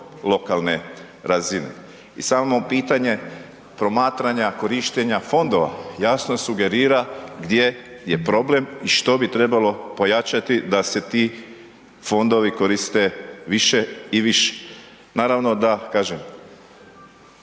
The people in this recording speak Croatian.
lokalne razine. I samo pitanje promatranja korištenja fondova jasno sugerira gdje je problem i što bi trebalo pojačati da se ti fondovi koriste više i više. Naravno da, kažem,